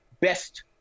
best